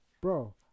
bro